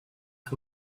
and